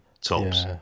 tops